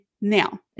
now